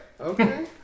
Okay